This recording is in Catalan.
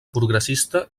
progressista